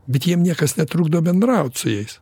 bet jiem niekas netrukdo bendraut su jais